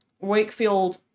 Wakefield